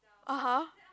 (aha)